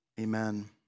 amen